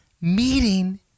meeting